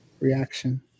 reaction